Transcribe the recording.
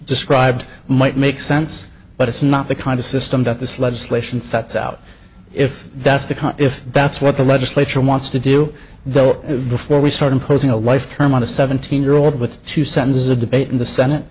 described might make sense but it's not the kind of system that this legislation sets out if that's the if that's what the legislature wants to do though before we start imposing a life term on a seventeen year old with two sentences a debate in the senate